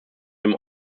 dem